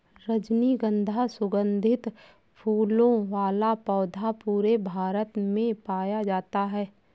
रजनीगन्धा सुगन्धित फूलों वाला पौधा पूरे भारत में पाया जाता है